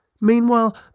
Meanwhile